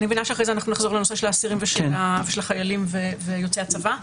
אז אני מבינה שאנחנו נחזור לנושא של אסירים ושל החיילים ויוצאי הצבא.